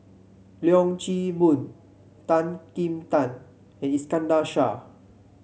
Leong Chee Mun Tan Kim Tian and Iskandar Shah